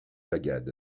bagad